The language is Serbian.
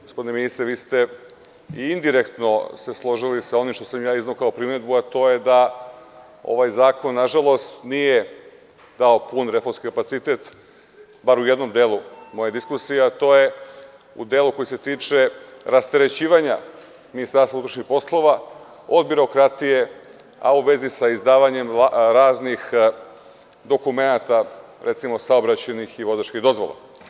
Gospodine ministre, vi ste indirektno se složili sa onim što sam ja izneo kao primedbu, a to je da ovaj zakon nažalost nije kao dao pun reformski kapacitet, bar u jednom delu moje diskusije, a to je u delu koji se tiče rasterećivanja MUP od birokratije, a u vezi sa izdavanjem raznih dokumenata, recimo, saobraćajnih i vozačkih dozvola.